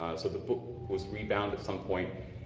ah so the book was rebound at some point,